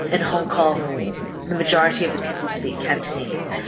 in hong kong the majority of the people speak cantonese,